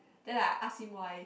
then I ask him why